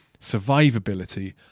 survivability